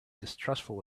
distrustful